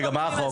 רגע, מה החוק?